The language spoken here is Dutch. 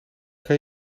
kan